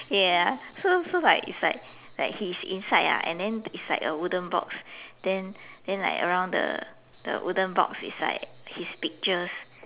ya so so like it's like like he's inside lah and then it's like a wooden box then then like around the the wooden box it's like his pictures